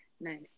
nice